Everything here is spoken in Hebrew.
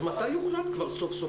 אז מתי יוחלט סוף סוף?